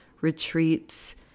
retreats